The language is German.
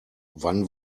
wann